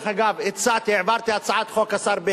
דרך אגב,